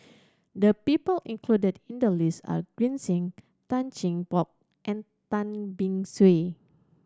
the people included in the list are Green Zeng Tan Cheng Bock and Tan Beng Swee